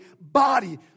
body